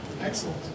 Excellent